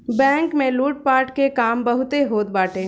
bank में लूटपाट के काम बहुते होत बाटे